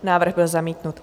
Návrh byl zamítnut.